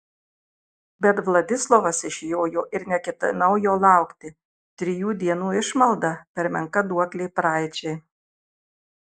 bet vladislovas išjojo ir neketinau jo laukti trijų dienų išmalda per menka duoklė praeičiai